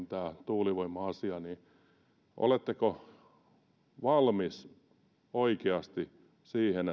tämä tuulivoima asia liittyy kumpaankin oletteko valmis oikeasti siihen